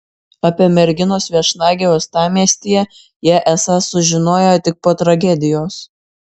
apie merginos viešnagę uostamiestyje jie esą sužinojo tik po tragedijos